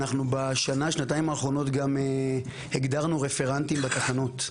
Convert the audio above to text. בשנה-שנתיים האחרונות גם הגדרנו רפרנטים בתחנות.